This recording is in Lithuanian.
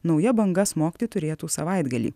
nauja banga smogti turėtų savaitgalį